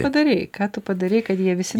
padarei ką tu padarei kad jie visi